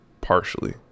partially